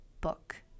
book